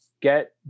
get